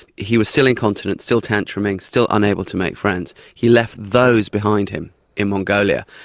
he was still incontinent, still tantruming, still unable to make friends. he left those behind him in mongolia.